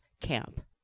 camp